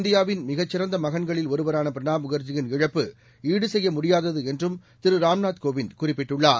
இந்தியாவின் மிகச்சிறந்த மகன்களில் ஒருவரான பிரணாப் முகள்ஜியின் இழப்பு ஈடு செய்ய முடியாதது என்றும் திரு ராம்நாத் கோவிந்த் குறிப்பிட்டுள்ளார்